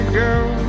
girl